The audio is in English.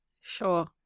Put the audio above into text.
Sure